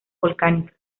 volcánicas